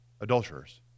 adulterers